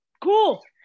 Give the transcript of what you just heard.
cool